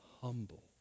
humble